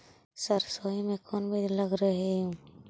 सरसोई मे कोन बीज लग रहेउ?